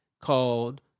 called